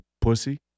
pussy